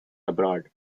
abroad